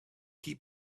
keep